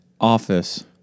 Office